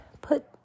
put